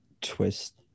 twist